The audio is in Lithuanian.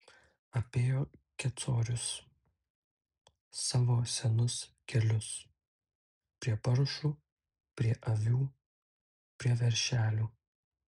apėjo kecorius savo senus kelius prie paršų prie avių prie veršelių